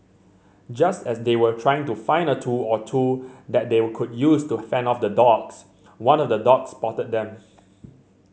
just as they were trying to find a tool or two that they could use to fend off the dogs one of the dogs spotted them